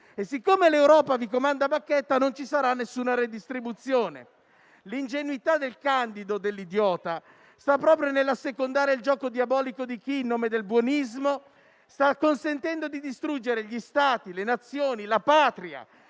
E siccome l'Europa vi comanda a bacchetta, non ci sarà nessuna redistribuzione. L'ingenuità del Candido, o dell'Idiota, sta proprio nell'assecondare il gioco diabolico di chi, in nome del buonismo, sta consentendo di distruggere gli Stati, le Nazioni, la Patria,